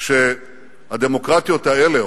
שהדמוקרטיות האלה,